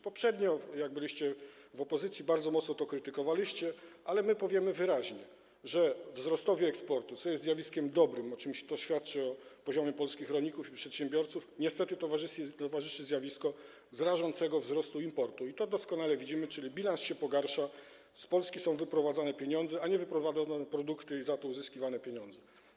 Poprzednio, jak byliście w opozycji, bardzo mocno to krytykowaliście, ale my powiemy wyraźnie, że wzrostowi eksportu, co jest zjawiskiem dobrym, bo to świadczy o poziomie polskich rolników i przedsiębiorców, niestety towarzyszy zjawisko rażącego wzrostu importu, co doskonale widzimy, czyli bilans się pogarsza, z Polski są wyprowadzane pieniądze, a nie wyprodukowane produkty, za które byłyby uzyskiwane pieniądze.